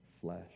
flesh